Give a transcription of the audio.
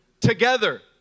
together